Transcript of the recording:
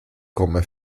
come